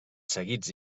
seguits